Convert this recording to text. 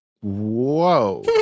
Whoa